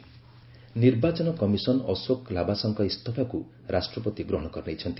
ପ୍ରେଜ୍ ଲାବାସ ନିର୍ବାଚନ କମିଶନ ଅଶୋକ ଲାବାସାଙ୍କ ଇସ୍ତଫାକୁ ରାଷ୍ଟ୍ରପତି ଗ୍ରହଣ କରିନେଇଛନ୍ତି